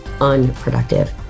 unproductive